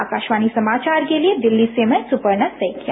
आकाशवाणी समाचार के लिए दिल्ली से मैं सुपर्णा सेकिया